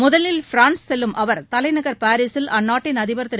முதலில் பிரான்ஸ் செல்லும் அவர் தலைநகர் பாரிசில் அந்நாட்டின் அதிபர் திரு